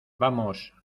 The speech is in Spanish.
vamos